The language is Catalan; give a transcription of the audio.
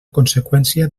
conseqüència